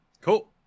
Cool